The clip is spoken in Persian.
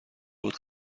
بود